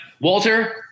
Walter